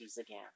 again